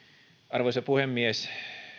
arvoisa puhemies